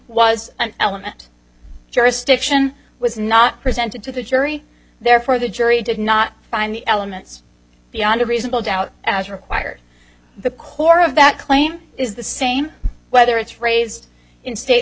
was an element jurisdiction was not presented to the jury therefore the jury did not find the elements beyond a reasonable doubt as required the core of that claim is the same whether it's phrased in state